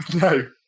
no